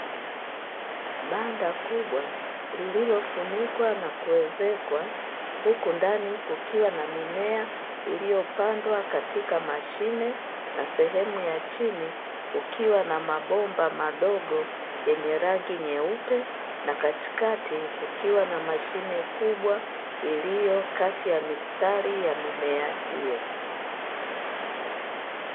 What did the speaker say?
Banda kubwa lililofunikwa na kuezekwa huku ndani kukiwa na mimea iliyopandwa katika mashine na sehemu ya chini kukiwa na mabomba madogo yenye rangi nyeupe na katikati kukiwa na mashine kubwa iliyo kati ya mistari ya mimea hiyo.